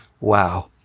wow